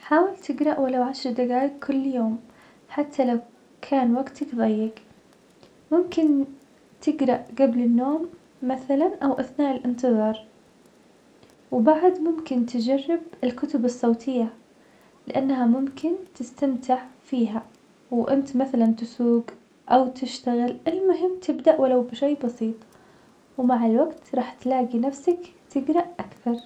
حاول تقرأ ولو عشر دقايق كل يوم, حتى لو كان وقتك ضيق, ممكن تقرا قبل النوم مثلا أو أثناء الإنتظار, وبعد ممكن تجرب الكتب الصوتية, لأنها ممكن تستمتع فيها, وأنت مثلا تسوق, أو تشتغل, المهم تبدأ ولو بشئ بسيط, ومع الوقت راح تلاقي نفسك تقرأ أكثر.